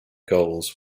goals